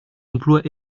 emplois